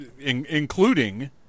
including